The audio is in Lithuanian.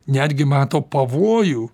netgi mato pavojų